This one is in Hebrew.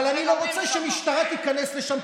אני לא רוצה בכלל שמשטרה תיכנס לשם,